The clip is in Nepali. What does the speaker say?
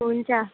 हुन्छ